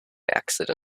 accident